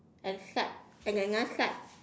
at the side at another side